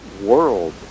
world